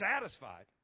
satisfied